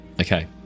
okay